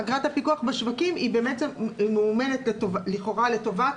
אגרת הפיקוח בשווקים היא באמת ממומנת לכאורה לטובת